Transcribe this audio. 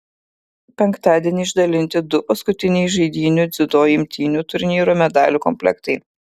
penktadienį išdalinti du paskutiniai žaidynių dziudo imtynių turnyro medalių komplektai